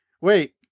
wait